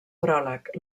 pròleg